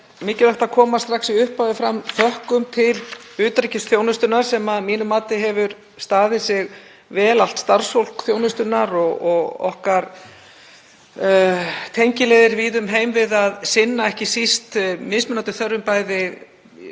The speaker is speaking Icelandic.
mikilvægt að koma strax í upphafi fram þökkum til utanríkisþjónustunnar sem að mínu mati hefur staðið sig vel, allt starfsfólk þjónustunnar og okkar tengiliðir víða um heim við að sinna ekki síst mismunandi þörfum, bæði